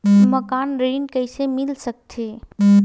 मकान ऋण कइसे मिल सकथे?